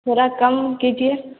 थोड़ा कम कीजिए